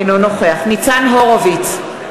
אינו נוכח ניצן הורוביץ,